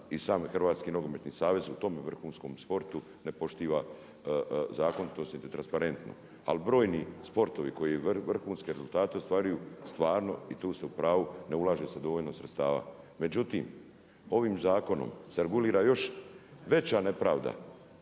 i sam Hrvatski nogometni savez u tom vrhunskom sportu ne poštiva zakon … transparentno. Ali brojni sportovi koji vrhunske rezultate ostvaruju stvarno i tu ste u pravu, ne ulaže se dovoljno sredstava. Međutim, ovim zakonom se regulira još veća nepravda,